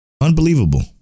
Unbelievable